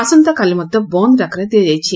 ଆସନ୍ତାକାଲି ମଧ ବନ୍ଦ ଡାକରା ଦିଆଯାଇଛି